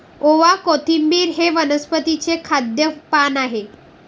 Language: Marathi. ओवा, कोथिंबिर हे वनस्पतीचे खाद्य पान आहे